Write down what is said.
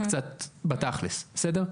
קצת תכל'ס, בסדר?